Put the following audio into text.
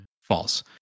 False